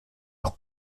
auch